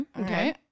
Okay